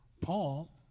Paul